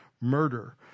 murder